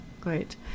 great